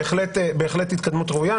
בהחלט התקדמות ראויה.